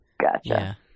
Gotcha